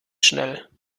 schnell